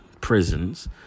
prisons